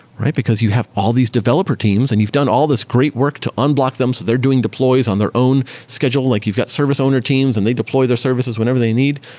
right? because you have all these developer teams and you've done all this great work to unblock them, so they're doing deploys on their own schedule. like you've got service owner teams and they deploy their services whenever they need,